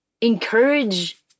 encourage